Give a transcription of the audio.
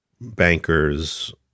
bankers